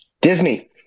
Disney